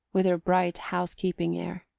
with her bright housekeeping air.